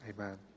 Amen